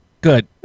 Good